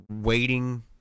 waiting